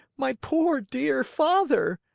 my poor, dear father!